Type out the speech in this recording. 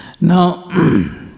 Now